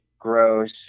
gross